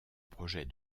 projet